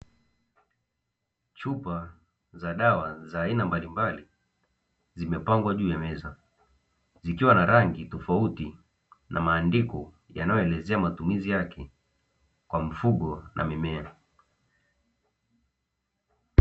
Chupa za dawa za aina mbalimbali zimepangwa juu ya meza zikiwa na rangi tofauti, na maandiko yanayoelezea matumizi yake kwa mifugo na mimea.